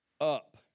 up